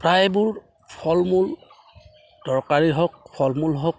প্ৰায়বোৰ ফল মূল তৰকাৰী হওক ফল মূল হওক